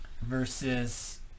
versus